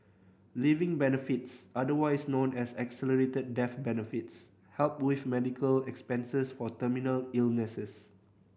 living benefits otherwise known as accelerated death benefits help with medical expenses for terminal illnesses